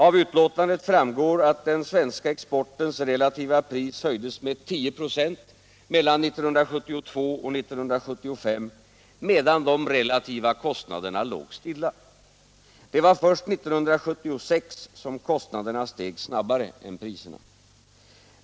Av betänkandet framgår att den svenska exportens relativa pris höjdes med 10 96 mellan 1972 och 1975, medan de relativa kostnaderna låg stilla. Det var först 1976 som kostnaderna steg snabbare än priserna.